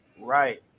Right